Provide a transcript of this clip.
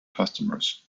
customers